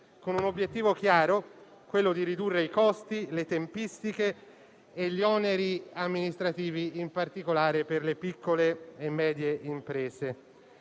con l'obiettivo chiaro di ridurre i costi, le tempistiche e gli oneri amministrativi, in particolare per le piccole e medie imprese.